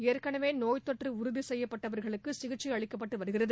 ஏற்கனவே நோய்த்தொற்று உறுதி செய்யப்பட்டவர்களுக்கு சிகிச்சை அளிக்கப்பட்டு வருகிறது